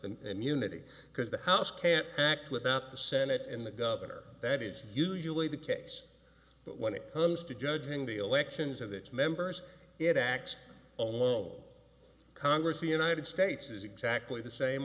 the immunity because the house can't act without the senate and the governor that is usually the case but when it comes to judging the elections of its members it act alone congress the united states is exactly the same